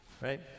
right